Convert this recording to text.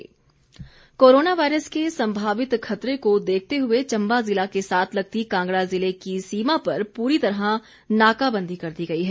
Chamba Kinnaur Mandi corona virus के संभावित खतरे को देखते हुए चंबा जिला के साथ लगती कांगड़ा जिले की सीमा पर पूरी तरह नाकाबंदी कर दी गई है